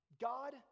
God